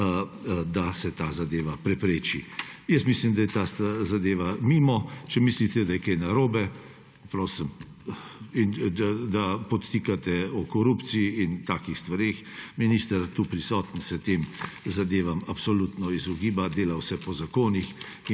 da se ta zadeva prepreči. Mislim, da je ta zadeva mimo, če mislite, da je kaj narobe – prosim! In da podtikate o korupciji in takih stvareh! Minister, tu prisoten, se tem zadevam absolutno izogiba, dela vse po zakonih